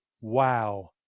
wow